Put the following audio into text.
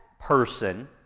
person